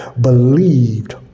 believed